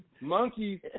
Monkeys